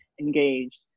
engaged